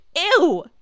ew